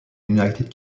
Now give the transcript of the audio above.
united